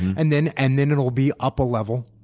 and then and then it will be up a level.